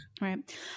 Right